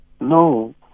No